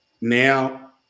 Now